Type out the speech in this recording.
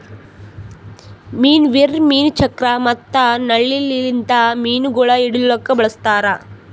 ಮೀನು ವೀರ್, ಮೀನು ಚಕ್ರ ಮತ್ತ ನಳ್ಳಿ ಲಿಂತ್ ಮೀನುಗೊಳ್ ಹಿಡಿಲುಕ್ ಬಳಸ್ತಾರ್